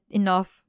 enough